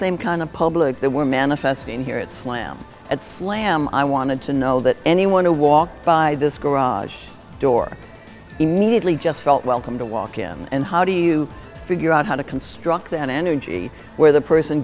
same kind of public that we're manifesting here it's lamb i wanted to know that anyone to walk by this garage door immediately just felt welcome to walk in and how do you figure out how to construct an energy where the person